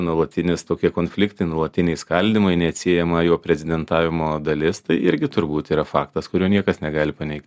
nuolatinis tokie konfliktai nuolatiniai skaldymai neatsiejama jo prezidentavimo dalis tai irgi turbūt yra faktas kurio niekas negali paneigt